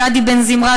גדי בן-זמרה,